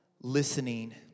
listening